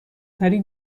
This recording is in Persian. تری